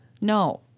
No